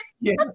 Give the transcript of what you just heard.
Yes